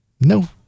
No